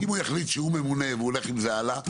אם הוא יחליט שהוא ממונה והולך עם זה הלאה,